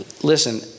Listen